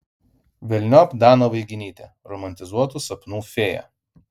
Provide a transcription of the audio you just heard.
velniop daną vaiginytę romantizuotų sapnų fėją